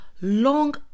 long